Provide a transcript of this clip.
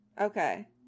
Okay